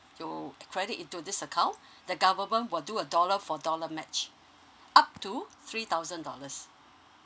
you credit into this account the government will do a dollar for dollar match up to three thousand dollars